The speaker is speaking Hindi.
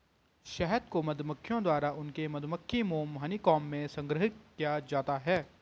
शहद को मधुमक्खियों द्वारा उनके मधुमक्खी मोम हनीकॉम्ब में संग्रहीत किया जाता है